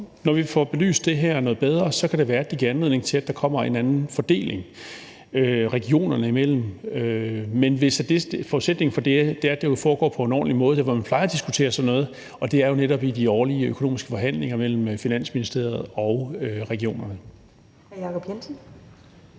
når vi får belyst det her lidt bedre, at det giver anledning til, at der kommer en anden fordeling regionerne imellem. Men forudsætningen for det er, at det foregår på en ordentlig måde der, hvor man plejer diskutere sådan noget, og det er jo netop i de årlige økonomiske forhandlinger mellem Finansministeriet og regionerne. Kl. 19:01 Første